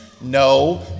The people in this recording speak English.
No